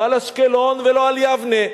לא על אשקלון ולא על יבנה